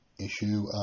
Issue